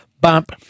Bump